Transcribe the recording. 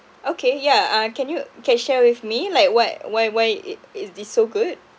okay yeah uh can you can share with me like what why why it is this so good